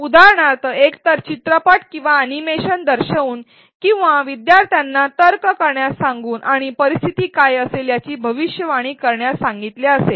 उदाहरणार्थः एकतर चित्रपट किंवा अॅनिमेशन दर्शवून किंवा विद्यार्थ्यांना तर्क करण्यास सांगून आणि परिस्थिती काय असेल याची भविष्यवाणी करण्यास सांगितले असेल